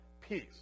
peace